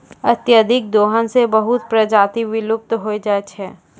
अत्यधिक दोहन सें बहुत प्रजाति विलुप्त होय जाय छै